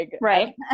Right